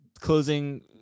closing